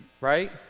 right